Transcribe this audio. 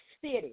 city